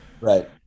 Right